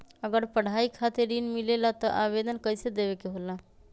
अगर पढ़ाई खातीर ऋण मिले ला त आवेदन कईसे देवे के होला?